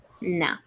no